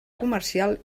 comercial